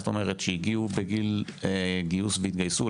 זאת אומרת שהגיעו בגיל גיוס והתגייסו?